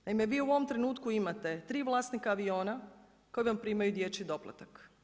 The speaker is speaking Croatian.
Naime, vi u ovom trenutku imate tri vlasnika aviona koji vam primaj dječji doplatak.